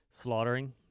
slaughtering